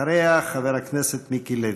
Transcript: אחריה, חבר הכנסת מיקי לוי.